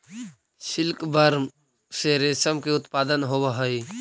silkworm से रेशम के उत्पादन होवऽ हइ